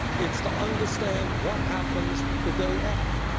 it's to understand what happens the day after.